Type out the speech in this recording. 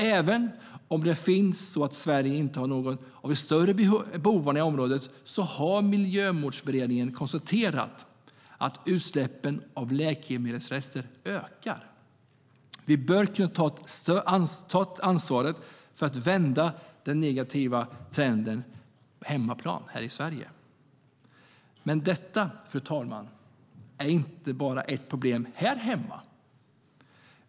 Även om Sverige inte är någon av de större bovarna på området har Miljömålsberedningen konstaterat att utsläppen av läkemedelsrester ökar. Vi bör kunna ta ansvaret för att vända den negativa trenden på hemmaplan. Men detta, fru talman, är ett problem inte bara här hemma.